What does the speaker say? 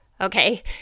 Okay